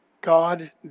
God